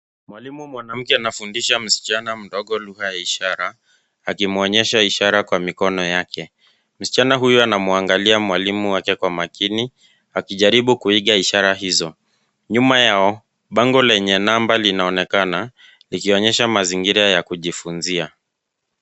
Mwalimu mwanamke anafundisha msichana mdogo lugha ya ishara akimuonyesha ishara kwa mikono yake. Msichana huyu anamwangalia mwalimu wake kwa makini akijaribu kuiga ishara hizo. Nyuma yao bango lenye namba linaonekana likionyesha mazingira ya kujifunzia.